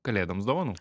kalėdoms dovanų